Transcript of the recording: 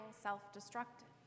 self-destructive